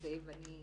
למעשה ואני